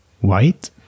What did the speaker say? white